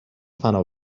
فنا